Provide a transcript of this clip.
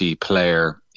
player